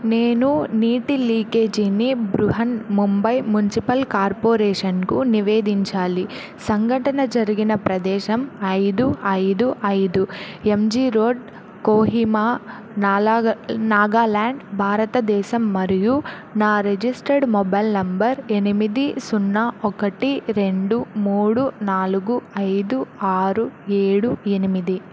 నేను నీటి లీకేజీని బృహన్ ముంబై మునిసిపల్ కార్పొరేషన్కు నివేదించాలి సంఘటన జరిగిన ప్రదేశం ఐదు ఐదు ఐదు ఎంజీ రోడ్ కోహిమా నలగ నాగాలాండ్ భారతదేశం మరియు నా రిజిస్టర్డ్ మొబైల్ నంబర్ ఎనిమిది సున్నా ఒకటి రెండు మూడు నాలుగు ఐదు ఆరు ఏడు ఎనిమిది